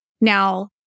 Now